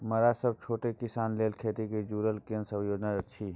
मरा सब छोट किसान लेल खेती से जुरल केना सब योजना अछि?